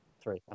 Three